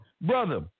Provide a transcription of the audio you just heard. Brother